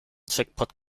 jackpot